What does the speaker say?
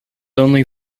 only